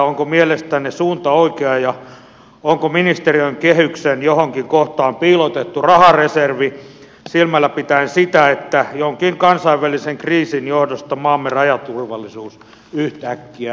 onko mielestänne suunta oikea ja onko ministeriön kehyksen johonkin kohtaan piilotettu rahareservi silmällä pitäen sitä että jonkin kansainvälisen kriisin johdosta maamme rajaturvallisuus yhtäkkiä heikkenee älyttömästi